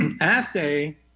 assay